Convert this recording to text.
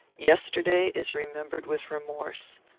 yesterday is remembered with remorse.